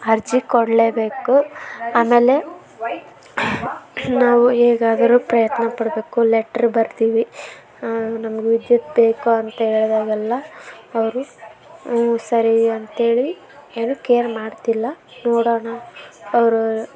ಅರ್ಜಿ ಕೊಡಲೇಬೇಕು ಆಮೇಲೆ ನಾವು ಹೇಗಾದರು ಪ್ರಯತ್ನ ಪಡ್ಬೇಕು ಲೆಟ್ರ್ ಬರ್ದೀವಿ ನಮ್ಗೆ ವಿದ್ಯುತ್ ಬೇಕು ಅಂತ ಹೇಳ್ದಾಗೆಲ್ಲ ಅವರು ಹ್ಞೂ ಸರಿ ಅಂತೇಳಿ ಏನೂ ಕೇರ್ ಮಾಡ್ತಿಲ್ಲ ನೋಡೋಣ ಅವರು